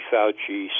Fauci